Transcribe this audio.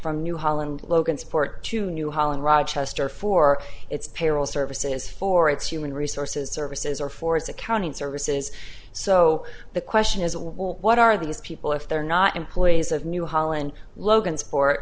from new holland logansport to new holland rochester for its payroll services for its human resources services or for its accounting services so the question is what are these people if they're not employees of new holland logansport